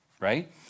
right